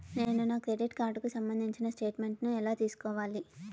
నేను నా క్రెడిట్ కార్డుకు సంబంధించిన స్టేట్ స్టేట్మెంట్ నేను ఎలా తీసుకోవాలి?